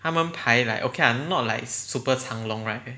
他们排 like okay lah not super 长 long right